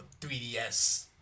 3DS